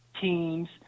Teams